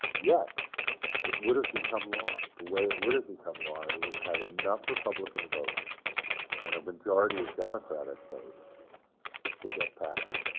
yet it would have become law. the way it would have become law, it it would have had enough republican votes and a majority of democratic votes to get passage.